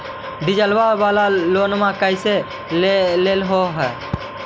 डीजलवा वाला लोनवा कैसे लेलहो हे?